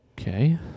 Okay